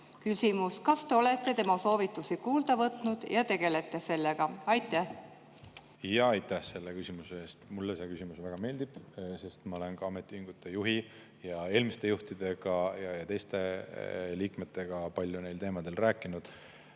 Kas te olete tema soovitusi kuulda võtnud ja tegelete sellega? Aitäh selle küsimuse eest! Mulle see küsimus väga meeldib, sest ma olen ametiühingute juhi ja eelmiste juhtidega ja ka teiste liikmetega neil teemadel palju